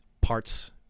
parts